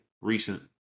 recent